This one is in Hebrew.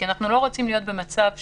כי אנחנו לא רוצים להיות במצב שבו,